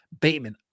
Bateman